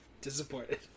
Disappointed